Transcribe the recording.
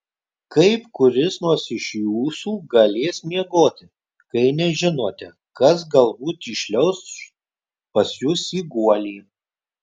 kaip kuris nors iš jūsų galės miegoti kai nežinote kas galbūt įšliauš pas jus į guolį